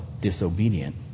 disobedient